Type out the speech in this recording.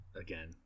again